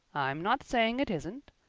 i'm not saying it isn't.